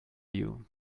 you